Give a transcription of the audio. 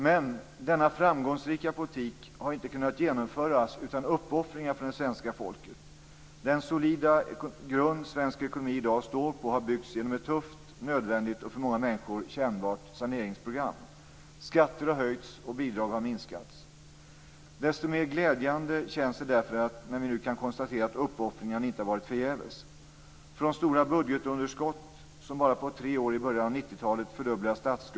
Men denna framgångsrika politik har inte kunnat genomföras utan uppoffringar från det svenska folket. Den solida grund som svensk ekonomi i dag står på har byggts genom ett tufft, nödvändigt och för många människor kännbart saneringsprogram. Skatter har höjts, och bidrag har minskats. Desto mer glädjande känns det därför när vi nu kan konstatera att uppoffringarna inte har varit förgäves. Stora budgetunderskott fördubblade statsskulden på bara tre år i början av 1990-talet.